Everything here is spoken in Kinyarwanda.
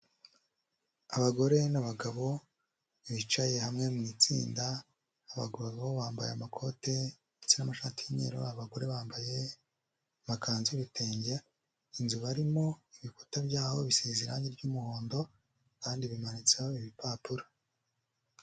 Abagore n'abagabo bicaye hamwe mu itsinda, abagabo bambaye amakoti ndetse n'amashati y'imyeru, abagore bambaye amakanzu y'ibitenge. Inzu barimo ibikuta byaho biseze irangi ry'umuhondo kandi bimanitseho ibipapuro.